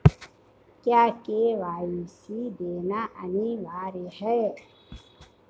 क्या के.वाई.सी देना अनिवार्य है?